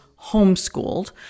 homeschooled